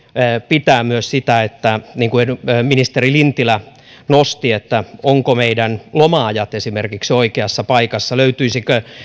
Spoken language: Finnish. pitää myös sitä niin kuin ministeri lintilä nosti että ovatko meidän loma aikamme esimerkiksi oikeassa paikassa löytyisikö